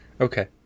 Okay